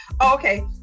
Okay